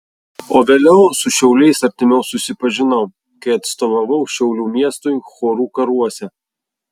o vėliau su šiauliais artimiau susipažinau kai atstovavau šiaulių miestui chorų karuose